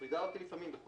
מפרידה אותי וכו'.